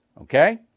Okay